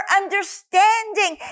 understanding